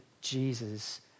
Jesus